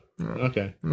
Okay